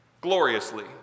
Gloriously